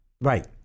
Right